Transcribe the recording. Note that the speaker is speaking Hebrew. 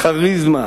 לכריזמה,